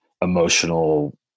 emotional